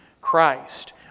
Christ